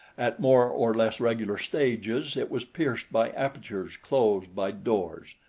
at more or less regular stages it was pierced by apertures closed by doors,